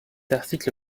article